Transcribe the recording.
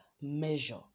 measure